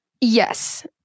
Yes